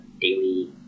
daily